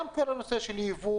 גם בנושא של יבוא